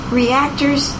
reactors